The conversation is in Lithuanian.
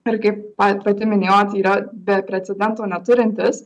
ir kaip pati minėjot yra be precedento neturintis